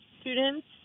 students